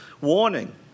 warning